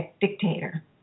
dictator